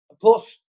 Plus